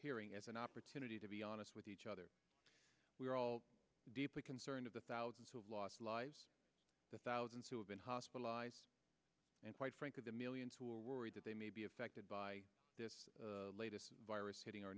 hearing as an opportunity to be honest with each other we are all deeply concerned of the thousands of lost lives the thousands who have been hospitalized and quite frankly the millions who are worried that they may be affected by this latest virus hitting our